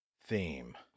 theme